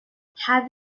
have